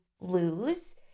lose